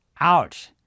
Ouch